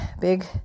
big